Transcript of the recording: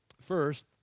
First